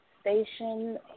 Station